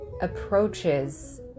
approaches